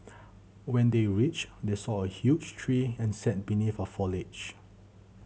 when they reached they saw a huge tree and sat beneath a foliage